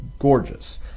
gorgeous